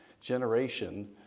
generation